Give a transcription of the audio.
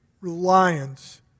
reliance